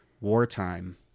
wartime